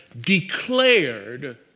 declared